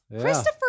Christopher